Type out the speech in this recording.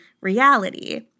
Reality